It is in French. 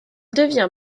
devient